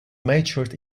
matured